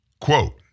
quote